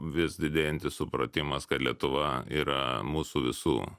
vis didėjantis supratimas kad lietuva yra mūsų visų